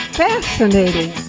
fascinating